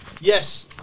Yes